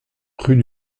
rue